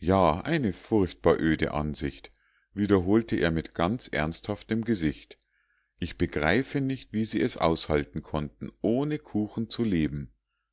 ja eine furchtbar öde ansicht wiederholte er mit ganz ernsthaftem gesicht ich begreife nicht wie sie es aushalten konnten ohne kuchen zu leben